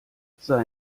sei